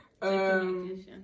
Communication